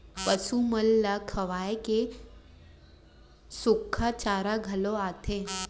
पसु मन ल खवाए के सुक्खा चारा घलौ आथे